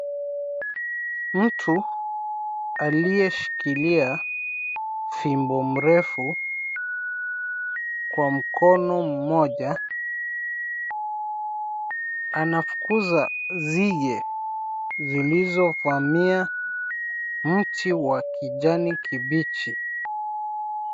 Mtu aliyeshikilia fimbo mrefu kwa mkono mmoja anafukuza zige zilizovamia mti wa kijani kibichi.